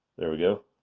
there we go,